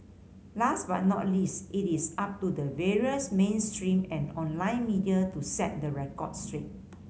last but not least it is up to the various mainstream and online media to set the record straight